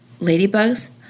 ladybugs